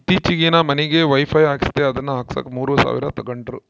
ಈತ್ತೀಚೆಗೆ ಮನಿಗೆ ವೈಫೈ ಹಾಕಿಸ್ದೆ ಅದನ್ನ ಹಾಕ್ಸಕ ಮೂರು ಸಾವಿರ ತಂಗಡ್ರು